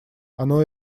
оно